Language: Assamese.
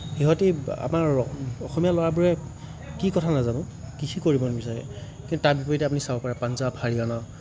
সিহঁতি আমাৰ অসমীয়া ল'ৰাবোৰে কি কথা নাজানোঁ কৃষি কৰিব নিবিছাৰে কিন্তু তাত গৈ এতিয়া আপুনি চাব পাৰে পাঞ্জাৱ হাৰিয়ানা